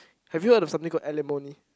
have you heard of something called alimony